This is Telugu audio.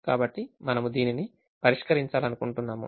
కాబట్టి మనము దీనిని పరిష్కరించాలనుకుంటున్నాము